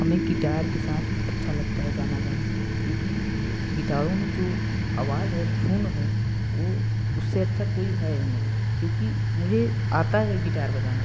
हमें गिटार के साथ अच्छा लगता है गाना गाना क्योंकि गिटारों में जो आवाज है धुन है वो उससे अच्छा कोई है ही नहीं क्योंकि मुझे आता है गिटार बजाना